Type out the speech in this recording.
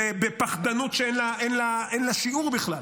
בפחדנות שאין לה שיעור בכלל.